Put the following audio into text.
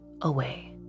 away